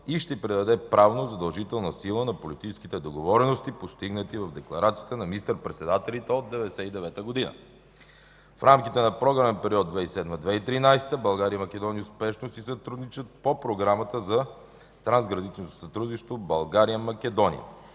и ще придаде правно задължителна сила на политическите договорености, постигнати в декларацията на министър-председателите от 1999 г. В рамките на програмен период 2007 - 2013 г. България и Македония успешно си сътрудничат по Програмата за трансграничното сътрудничество България – Македония,